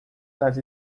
das